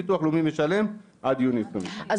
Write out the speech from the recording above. ביטוח לאומי משלם עד יוני 2022. אז